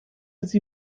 sie